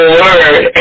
word